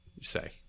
say